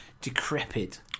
decrepit